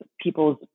People's